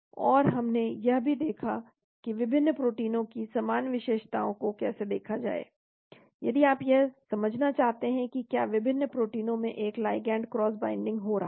और हमने यह भी देखा कि विभिन्न प्रोटीनों की समान विशेषताओं को कैसे देखा जाए यदि आप यह समझना चाहते हैं कि क्या विभिन्न प्रोटीनों में एक लिगैंड क्रॉस बाइंडिंग हो रहा है